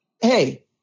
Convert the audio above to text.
hey